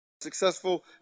successful